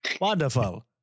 Wonderful